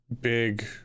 big